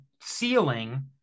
ceiling